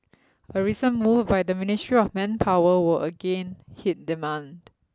a recent move by the Ministry of Manpower will again hit demand